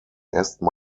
ersten